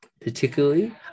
particularly